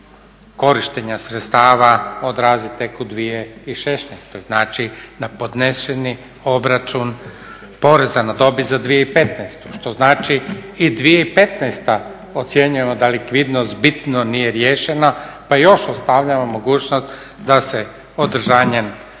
korištenja sredstava odrazi tek u 2016., znači na podneseni obračun poreza na dobit za 2015. što znači i 2015. ocjenjujemo da likvidnost bitno nije riješena, pa još ostavljamo mogućnost da se održanjem